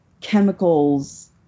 chemicals